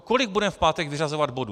Kolik budeme v pátek vyřazovat bodů?